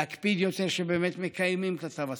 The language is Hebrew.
להקפיד יותר שבאמת מקיימים את התו הסגול.